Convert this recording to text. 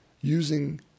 using